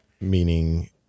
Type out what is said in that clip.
meaning